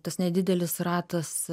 tas nedidelis ratas